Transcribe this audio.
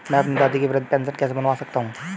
मैं अपनी दादी की वृद्ध पेंशन कैसे बनवा सकता हूँ?